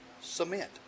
Cement